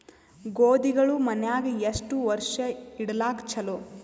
ಗೋಧಿಗಳು ಮನ್ಯಾಗ ಎಷ್ಟು ವರ್ಷ ಇಡಲಾಕ ಚಲೋ?